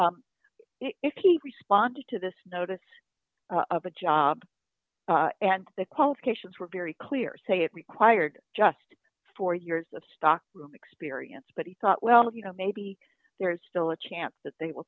he responded to this notice of a job and the qualifications were very clear say it required just four years of stock experience but he thought well you know maybe there is still a chance that they will